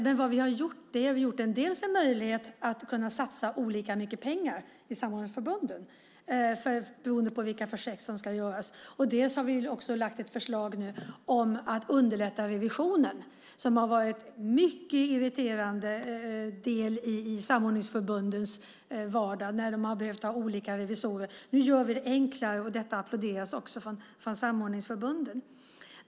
Men det vi har gjort innebär en möjlighet att satsa olika mycket pengar i samordningsförbunden beroende på vilka projekt som ska göras. Vi har också lagt fram ett förslag om att underlätta revisionen, som har varit en mycket irriterande del i samordningsförbundens vardag eftersom de har behövt ha olika revisorer. Nu gör vi det enklare, och det applåderas också från samordningsförbunden.